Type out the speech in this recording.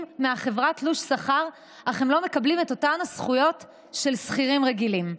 מהחברה תלוש שכר אך לא מקבלים את אותן הזכויות של שכירים רגילים.